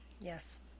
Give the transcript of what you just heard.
Yes